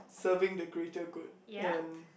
serving the greater good and